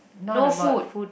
not about food